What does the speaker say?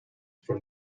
from